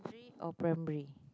it or primary